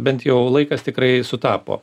bent jo laikas tikrai sutapo